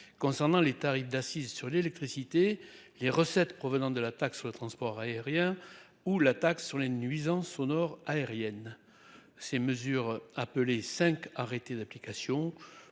concernant les tarifs d'assises sur l'électricité. Les recettes provenant de la taxe sur le transport aérien ou la taxe sur les nuisances sonores aériennes ces mesures appelé cinq arrêtés d'application.